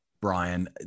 Brian